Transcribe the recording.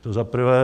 To za prvé.